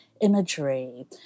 imagery